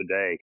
today